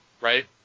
right